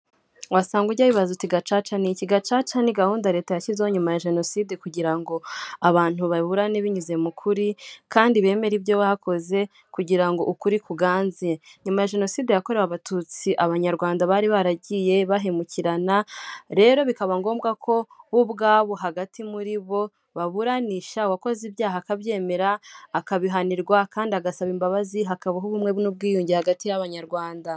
Wasanga ujya bibazati gacaca ni iki? Gacaca ni gahunda leta yashyizeho nyuma ya jenoside kugira ngo abantu babiburane binyuze mukur,i kandi bemere ibyo bakoze kugira ngo ukuri kuganze. Nyuma ya jenoside yakorewe abatutsi abanyarwanda bari baragiye bahemukirana, rero bikaba ngombwa ko bo ubwabo hagati muri bo baburanisha uwakoze ibyaha akabyemera, akabihanirwa kandi agasaba imbabazi, hakabaho ubumwe n'ubwiyunge hagati y'abanyarwanda.